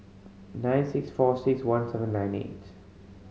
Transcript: nine six four six one seven nine eight